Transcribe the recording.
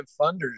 Funders